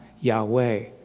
Yahweh